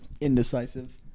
Indecisive